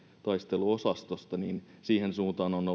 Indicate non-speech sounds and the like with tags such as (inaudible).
taisteluosastosta niin siihen suuntaan on (unintelligible)